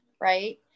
right